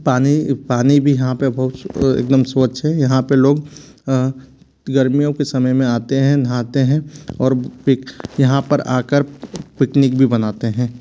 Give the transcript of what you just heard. पानी पानी भी यहाँ पर बहुत एकदम स्वच्छ है यहाँ पे लोग गर्मियों के समय में आते हैं नहाते हैं और यहाँ पर आकर पिकनिक भी मनाते हैं